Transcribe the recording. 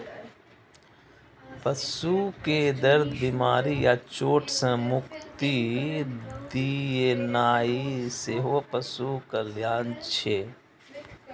पशु कें दर्द, बीमारी या चोट सं मुक्ति दियेनाइ सेहो पशु कल्याण छियै